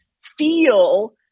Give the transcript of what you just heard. feel